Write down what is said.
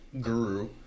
guru